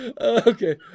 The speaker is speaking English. Okay